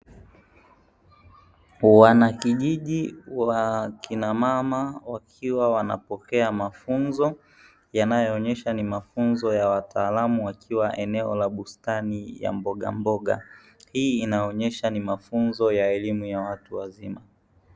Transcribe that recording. Wanakijiji wakinamama wakiwa wanapokea mafunzo; yanayoonyesha ni mafunzo ya wataalamu wakiwa eneo la bustani ya mbogamboga. Hii inaonyesha ni mafunzo ya elimu ya watu wazima.